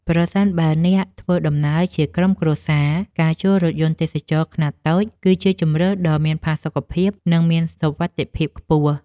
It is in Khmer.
ប្រសិនបើអ្នកធ្វើដំណើរជាក្រុមគ្រួសារ ការជួលរថយន្តទេសចរណ៍ខ្នាតតូចគឺជាជម្រើសដ៏មានផាសុកភាព និងមានសុវត្ថិភាពខ្ពស់។